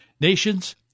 Nations